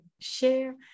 share